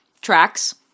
tracks